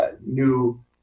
new